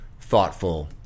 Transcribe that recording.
thoughtful